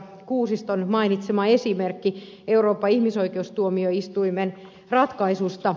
kuusiston mainitsema esimerkki euroopan ihmisoikeustuomioistuimen ratkaisusta